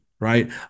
right